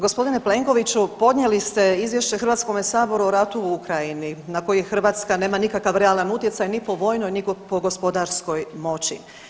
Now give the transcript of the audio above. Gospodine Plenkoviću, podnijeli ste izvješće HS o ratu u Ukrajini na koji Hrvatska nema nikakav realan utjecaj ni po vojnoj ni po gospodarskoj moći.